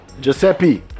Giuseppe